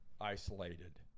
isolated